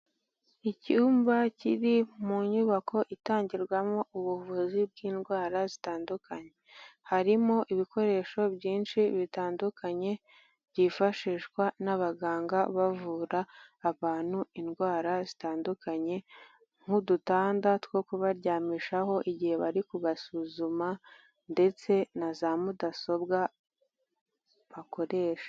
Icyumba kiri mu nyubako itangirwamo ubuvuzi bw'indwara zitandukanye, harimo ibikoresho byinshi bitandukanye byifashishwa n'abaganga bavura abantu indwara zitandukanye nk'udutanda two kubaryamishaho igihe bari kubasuzuma ndetse na za mudasobwa bakoresha.